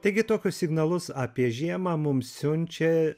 taigi tokius signalus apie žiemą mums siunčia